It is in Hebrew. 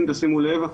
אם תשימו לב,